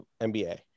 MBA